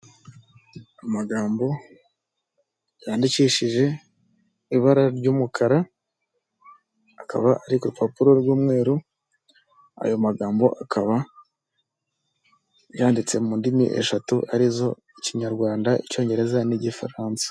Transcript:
Amagambo yandikishije ibara ry'umukara, akaba ari kurupapuro rw'umweru, ayo magambo akaba yanditse mu ndimi eshatu arizo, Ikinyarwanda, Icyongereza, n'Igifaransa.